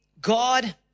God